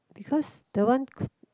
because the one